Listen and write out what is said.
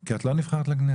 כי את לא נבחרת לכנסת.